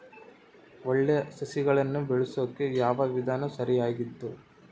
ಒಳ್ಳೆ ಸಸಿಗಳನ್ನು ಬೆಳೆಸೊಕೆ ಯಾವ ವಿಧಾನ ಸರಿಯಾಗಿದ್ದು?